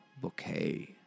bouquet